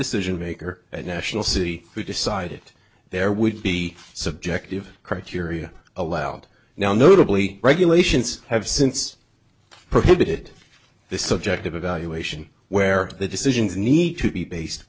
decision maker at national city who decided there would be subjective criteria allowed now notably regulations have since prohibited the subjective evaluation where the decisions need to be based